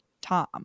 Tom